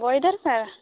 ବହି ଦରକାର